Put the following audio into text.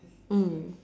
mm